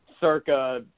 circa –